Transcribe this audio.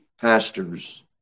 pastors